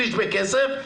שליש בכסף,